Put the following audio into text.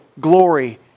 glory